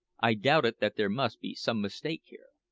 i doubted that there must be some mistake here.